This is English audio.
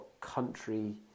country